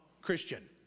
Christian